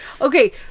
Okay